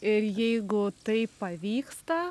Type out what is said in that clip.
ir jeigu tai pavyksta